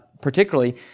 particularly